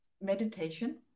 meditation